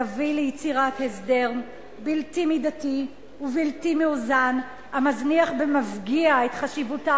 יביא ליצירת הסדר בלתי מידתי ובלתי מאוזן המזניח במפגיע את חשיבותה